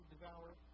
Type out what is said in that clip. devour